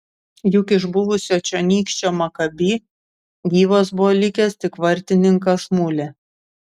juk iš buvusio čionykščio makabi gyvas buvo likęs tik vartininkas mulė